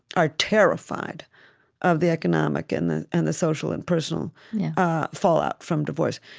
are terrified of the economic and the and the social and personal fallout from divorce.